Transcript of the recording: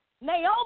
Naomi